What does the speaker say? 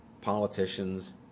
politicians